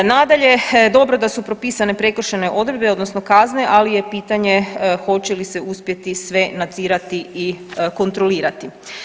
Nadalje, dobro da su propisane prekršajne odredbe odnosno kazne, ali je pitanje hoće li se uspjeti sve nadzirati i kontrolirati.